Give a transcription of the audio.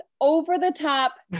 over-the-top